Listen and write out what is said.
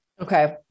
Okay